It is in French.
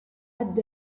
abd